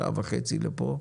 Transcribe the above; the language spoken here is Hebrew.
עוד שעה וחצי כדי